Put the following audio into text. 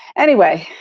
anyway,